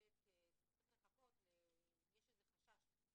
שהמנהלת תצטרך לחכות, אם יש איזה חשש.